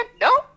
no